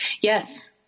Yes